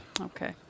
Okay